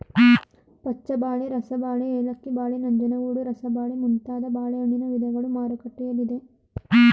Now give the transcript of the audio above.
ಪಚ್ಚಬಾಳೆ, ರಸಬಾಳೆ, ಏಲಕ್ಕಿ ಬಾಳೆ, ನಂಜನಗೂಡು ರಸಬಾಳೆ ಮುಂತಾದ ಬಾಳೆಹಣ್ಣಿನ ವಿಧಗಳು ಮಾರುಕಟ್ಟೆಯಲ್ಲಿದೆ